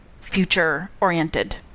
future-oriented